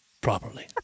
properly